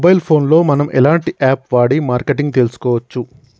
Mobile phone లో మనం ఎలాంటి యాప్ వాడి మార్కెటింగ్ తెలుసుకోవచ్చు?